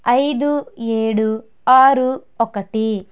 ఐదు ఏడు ఆరు ఒకటి